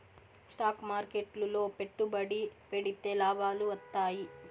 stock మార్కెట్లు లో పెట్టుబడి పెడితే లాభాలు వత్తాయి